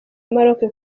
maroc